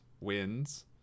wins